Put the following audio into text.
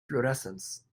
fluorescence